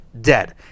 dead